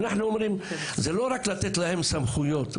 אנחנו אומרים: זה לא רק לתת להם סמכויות.